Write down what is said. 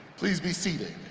please be seated.